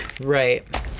Right